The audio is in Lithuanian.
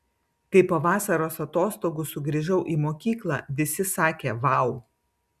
kai po vasaros atostogų sugrįžau į mokyklą visi sakė vau